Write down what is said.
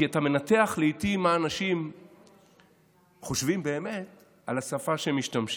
כי אתה מנתח לעיתים מה האנשים חושבים באמת מהשפה שהם משתמשים.